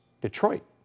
Detroit